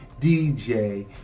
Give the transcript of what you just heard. DJ